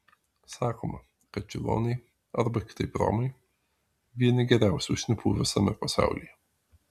sakoma kad čigonai arba kitaip romai vieni geriausių šnipų visame pasaulyje